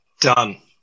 done